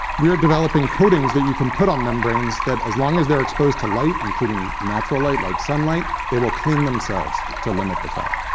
we're developing coatings that you can put on membranes, that as long as they're exposed to light, including natural light like sunlight, they will clean themselves to limit the fouling.